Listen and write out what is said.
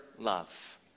Love